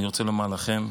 אני רוצה לומר לכם,